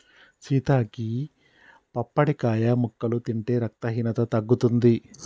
సీత గీ పప్పడికాయ ముక్కలు తింటే రక్తహీనత తగ్గుతుంది